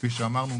כפי שאמרנו,